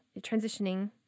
transitioning